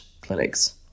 clinics